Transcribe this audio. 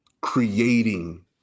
creating